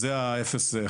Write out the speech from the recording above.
מה שנקרא "01"